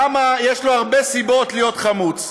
למה יש לו הרבה סיבות להיות חמוץ.